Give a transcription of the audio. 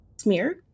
smear